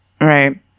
Right